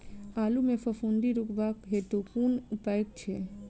आलु मे फफूंदी रुकबाक हेतु कुन उपाय छै?